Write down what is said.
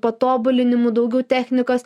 patobulinimų daugiau technikos